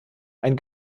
ein